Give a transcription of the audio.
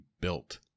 built